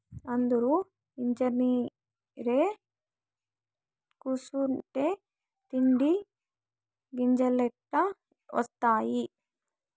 అందురూ ఇంజనీరై కూసుంటే తిండి గింజలెట్టా ఒస్తాయి